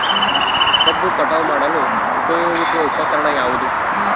ಕಬ್ಬು ಕಟಾವು ಮಾಡಲು ಉಪಯೋಗಿಸುವ ಉಪಕರಣ ಯಾವುದು?